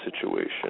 situation